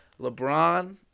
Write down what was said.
LeBron